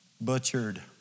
butchered